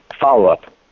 follow-up